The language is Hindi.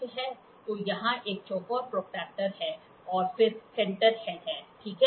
तो यहाँ एक चौकोर प्रोट्रैक्टर है और फिर सेंटर हेड ठीक है